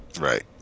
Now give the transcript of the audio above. Right